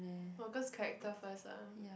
orh cause characters first ah